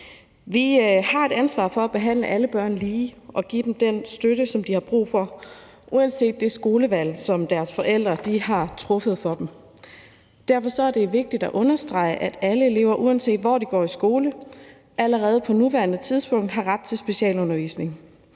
Vi har et ansvar for at behandle alle børn lige og give dem den støtte, som de har brug for, uanset det skolevalg, som deres forældre har truffet for dem. Derfor er det vigtigt at understrege, at alle elever, uanset hvor de går i skole, allerede på nuværende tidspunkt har ret til specialundervisning.